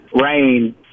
rain